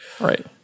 Right